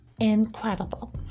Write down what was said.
incredible